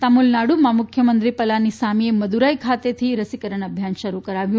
તમિલનાડુમાં મુખ્યમંત્રી પલાનીસામીએ મદુરાઇ ખાતેથી રસીકરણ અભિયાન શરૂ કરાયું